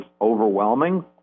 overwhelming